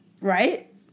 right